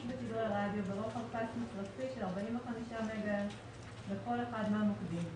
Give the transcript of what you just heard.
בתדרי רדיו ברוחב פס מצרפי של 45 מגה-הרץ בכל אחד מהמוקדים.